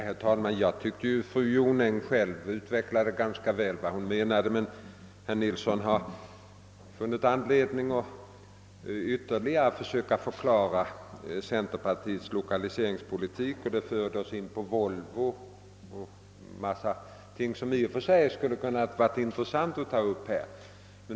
Herr talman! Jag tyckte att fru Jonäng själv ganska väl utvecklade vad hon menade. Men herr Nilsson i Tvärålund har funnit anledning att ytterligare försöka förklara centerpartiets lokaliseringspolitik, och det för oss in på Volvo och en mängd andra ting som i och för sig skulle vara intressanta att ta upp.